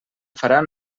faran